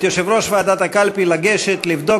את יושב-ראש ועדת הקלפי לגשת לבדוק